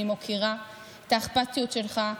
אני מוקירה את האכפתיות שלך.